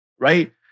Right